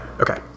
Okay